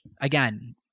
again